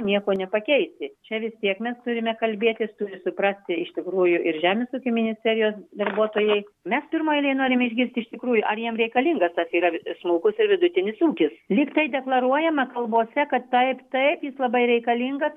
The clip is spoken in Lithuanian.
nieko nepakeisi čia vis tiek mes turime kalbėtis turi suprasti iš tikrųjų ir žemės ūkio ministerijos darbuotojai mes pirmoj eilėj norim išgirsti iš tikrųjų ar jiem reikalingas tas yra smulkus ir vidutinis ūkis lyg tai deklaruojama kalbose kad taip taip jis labai reikalingas